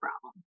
problem